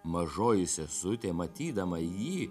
mažoji sesutė matydama jį